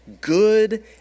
good